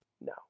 No